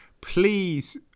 please